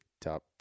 top